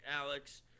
Alex –